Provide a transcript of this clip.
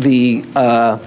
the